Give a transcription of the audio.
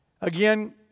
Again